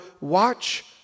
watch